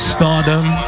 Stardom